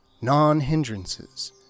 non-hindrances